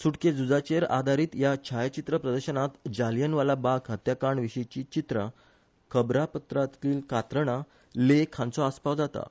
सुटके झुजाचेर आदारित हया छायाचित्र प्रदर्शनात जालियनवाला बाग हत्याकांड विशीची चित्रा खबरापत्रातली कात्रणा लेख हाँचो आस्पाव जाता